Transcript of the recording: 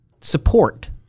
Support